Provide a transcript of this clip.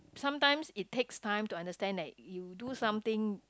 sometimes it takes time to understand that you do something